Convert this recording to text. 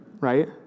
Right